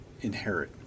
inherit